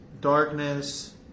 darkness